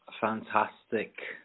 fantastic